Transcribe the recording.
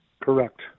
Correct